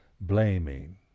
blaming